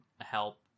help